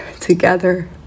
together